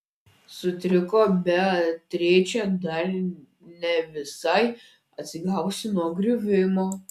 sutriko beatričė dar ne visai atsigavusi nuo griuvimo